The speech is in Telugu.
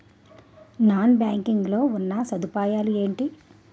నాన్ బ్యాంకింగ్ లో ఉన్నా సదుపాయాలు ఎంటి?